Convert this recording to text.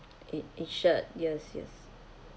it insured yes yes